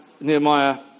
Nehemiah